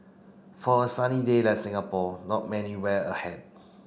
for a sunny day like Singapore not many wear a hat